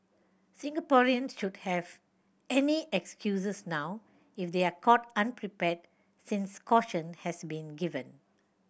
Singaporeans should not have any excuses now if they are caught unprepared since caution has been given